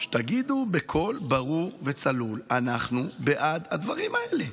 שתגידו בקול ברור וצלול: אנחנו בעד הדברים האלה.